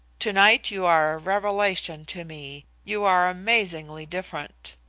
to-night you are a revelation to me. you are amazingly different.